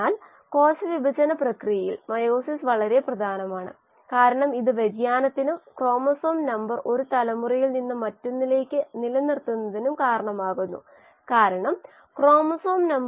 yield coefficient എന്താണെന്ന് നമ്മൾ കണ്ടു നിരവധി യീൽഡ് കോയിഫിഷ്യന്റ് നിർവ്വചിക്കാൻ കഴിയും അത് അടിസ്ഥാനപരമായി ഒരു തുകയുടെ അളവാണ് തുടർന്ന് അവ ഒരു നിരക്ക് മറ്റൊന്നിലേക്ക് പരിവർത്തനം ചെയ്യാൻ ഉപയോഗിക്കാം